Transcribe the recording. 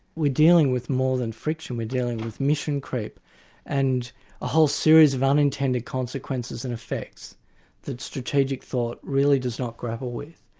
we're dealing with more than friction, we're dealing with mission creep and a whole series of unintended consequences and effects that strategic thought really does not grapple with,